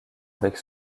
avec